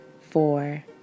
four